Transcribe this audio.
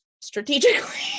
strategically